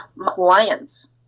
clients